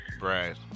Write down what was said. Right